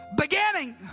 Beginning